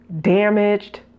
damaged